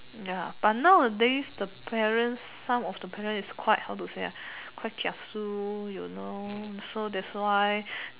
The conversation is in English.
ya but nowadays the parents some of the parents is quite how to say ah quite kiasu you know so that's why